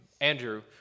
Andrew